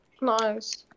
Nice